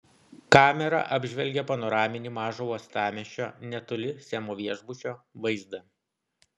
kamera apžvelgė panoraminį mažo uostamiesčio netoli semo viešbučio vaizdą